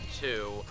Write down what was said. two